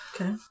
Okay